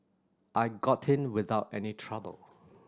I got in without any trouble